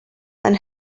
and